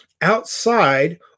outside